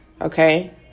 okay